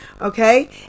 okay